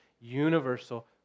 universal